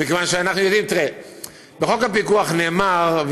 מכיוון שאנחנו יודעים שבחוק הפיקוח נאמר,